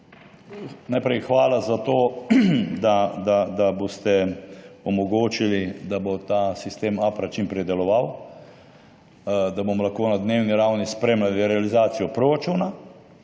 Najprej hvala za to, da boste omogočili, da bo sistem APPrA čim prej deloval, da bomo lahko na dnevni ravni spremljali realizacijo proračuna